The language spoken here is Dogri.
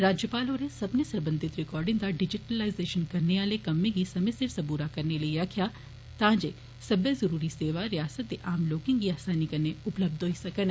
राज्यपाल होरें सब्बनें सरबंधी रिकार्डे दा डिजिटलाईजेशन करने आले कम्मै गी समें सिर सबूरा करने लेई आक्खेआ जा जे सब्बै जरुरी सेवा रियासत दे आम लोकें गी आसानी कन्नै उपलब्य होई सकन